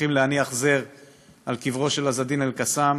הולכים להניח זר על קברו של עז א-דין אל-קסאם,